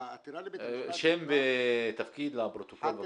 העתירה לבית המשפט --- שם ותפקיד לפרוטוקול.